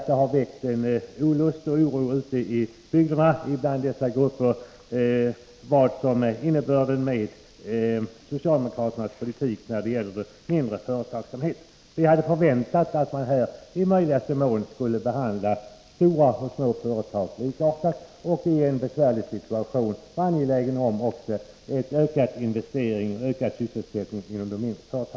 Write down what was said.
Detta har väckt olust och oro ute i bygderna bland dessa grupper, som frågar sig vad som är innebörden av socialdemokraternas politik när det gäller småföretagsamheten. Vi hade förväntat oss att de i möjligaste mån skulle behandla stora och små företag likartat och i en besvärlig situation vara